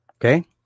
Okay